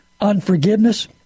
unforgiveness